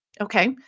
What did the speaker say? Okay